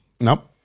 Nope